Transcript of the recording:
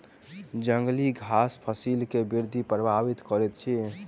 जंगली घास फसिल के वृद्धि प्रभावित करैत अछि